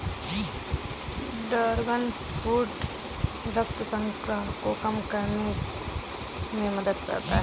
dragon fruit रक्त शर्करा को कम करने में मदद करता है